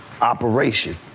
operation